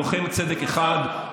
לוחם צדק אחד,